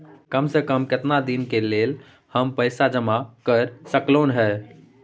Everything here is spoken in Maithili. काम से कम केतना दिन के लेल हम पैसा जमा कर सकलौं हैं?